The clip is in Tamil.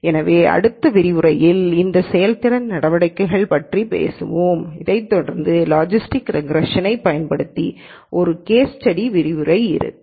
எனவே அடுத்த விரிவுரையில் இந்த செயல்திறன் நடவடிக்கைகளைப் பற்றி பேசுவோம் அதைத் தொடர்ந்து லாஜிஸ்டிக் ரெக்ரேஷனைப் பயன்படுத்தி ஒரு கேஸ் ஸ்டடி விரிவுரை இருக்கும்